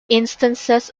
instances